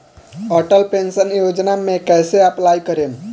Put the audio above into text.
Atal pension Yojana मे कैसे apply करेम?